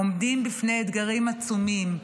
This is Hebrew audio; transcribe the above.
עומדים בפני אתגרים עצומים,